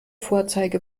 vorzeige